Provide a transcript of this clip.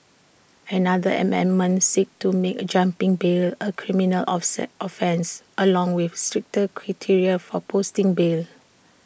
another amendment seeks to make A jumping bail A criminal offset offence along with stricter criteria for posting bail